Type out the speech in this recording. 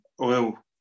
oil